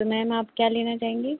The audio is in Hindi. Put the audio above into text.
तो मैम आप क्या लेना चाहेंगी